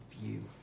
view